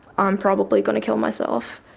i'm probably going to kill myself.